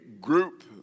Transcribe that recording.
group